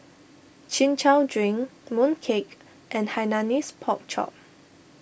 Chin Chow Drink Mooncake and Hainanese Pork Chop